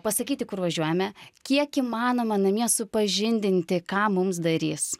pasakyti kur važiuojame kiek įmanoma namie supažindinti ką mums darys